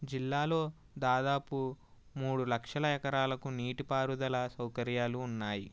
జిల్లాలో దాదాపు మూడు లక్షల ఎకరాలకు నీటి పారుదల సౌకర్యాలు ఉన్నాయి